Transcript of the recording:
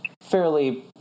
fairly